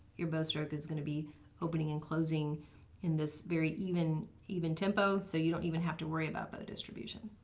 your bow stroke is going to be opening and closing in this very even even tempo. so you don't even need to worry about bow distribution.